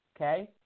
Okay